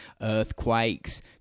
earthquakes